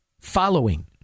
following